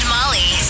Molly